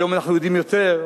היום אנחנו יודעים יותר,